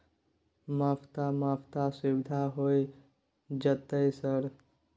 हफ्ता हफ्ता सुविधा होय जयते सर?